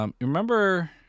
remember